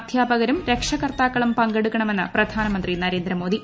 അധ്യാപകരും രക്ഷകർത്താക്കളും പങ്കെടുക്കണമെന്ന് പ്രധാനമന്ത്രി നരേന്ദ്രമോദി